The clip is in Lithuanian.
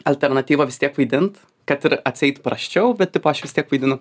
alternatyva vis tiek vaidint kad ir atseit prasčiau bet tipo aš vis tiek vaidinu